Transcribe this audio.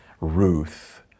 Ruth